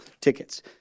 tickets